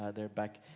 ah they're back.